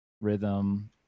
rhythm